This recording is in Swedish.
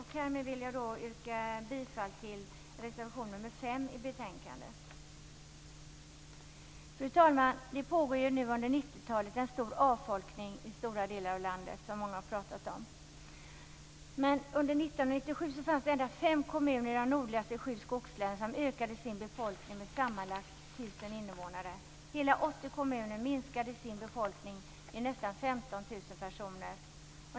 Härmed vill jag yrka bifall till reservation nr 5 till betänkandet. Fru talman! Det pågår nu under 90-talet en stor avfolkning i stora delar av landet, som många har talat om. Under 1997 fanns det ändå fem kommuner i de nordliga sju skogslänen som ökade sin befolkning med sammanlagt 1 000 invånare. Hela 80 kommuner minskade sin befolkning med nästan 15 000 personer.